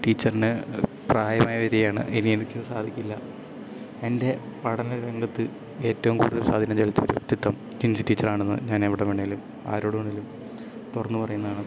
ടീച്ചറിന് പ്രായമായി വരികയാണ് ഇനി എനിക്ക് സാധിക്കില്ല എൻ്റെ പഠന രംഗത്ത് ഏറ്റവും കൂടുതൽ സ്വാധീനം ചെലുത്തിയ ഒരു വ്യക്തിത്വം ജിൻസി ടീച്ചറാണെന്നു ഞാൻ എവിടെ വേണമെങ്കിലും ആരോടു വേണമെങ്കിലും തുറന്നു പറയുന്നതാണ്